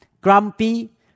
grumpy